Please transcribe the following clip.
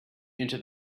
into